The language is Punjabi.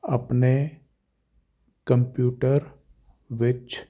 ਆਪਣੇ ਕੰਪਿਊਟਰ ਵਿੱਚ